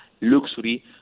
luxury